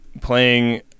playing